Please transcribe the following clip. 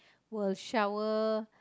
will shower